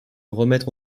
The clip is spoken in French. remettre